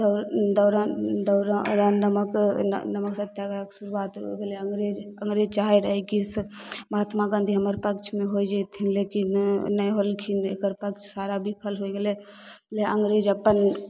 दौरान दौरान नमक नमक सत्याग्रहके शुरुआत हो गेलै अङ्ग्रेज अङ्ग्रेज चाहए रहए कि से महात्मा गाँधी हमर पक्षमे होइ जयथिन लेकिन नहि होलखिन एकर पक्ष सारा बिफल होइ गेलै जे अङ्ग्रेज अपन